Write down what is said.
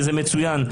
וזה מצוין,